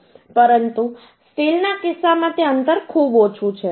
પરંતુ સ્ટીલના કિસ્સામાં તે અંતર ખૂબ ઓછું છે